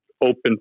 open